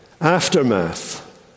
aftermath